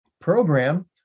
program